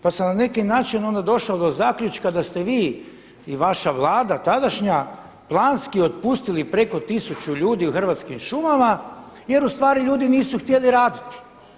Pa sam na neki način onda došao do zaključka da ste vi i vaša Vlada tadašnja planski otpustili preko 1000 ljudi u Hrvatskim šumama, jer u stvari ljudi nisu htjeli raditi.